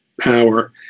power